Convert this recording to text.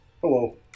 Hello